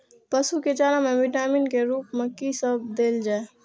पशु के चारा में विटामिन के रूप में कि सब देल जा?